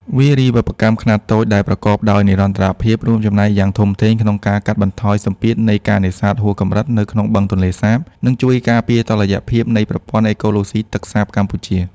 វារីវប្បកម្មខ្នាតតូចដែលប្រកបដោយនិរន្តរភាព រួមចំណែកយ៉ាងធំធេងក្នុងការកាត់បន្ថយសម្ពាធនៃការនេសាទហួសកម្រិតនៅក្នុងបឹងទន្លេសាប និងជួយការពារតុល្យភាពនៃប្រព័ន្ធអេកូឡូស៊ីទឹកសាបកម្ពុជា។